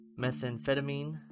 methamphetamine